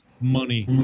money